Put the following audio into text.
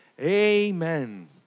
Amen